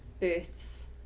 births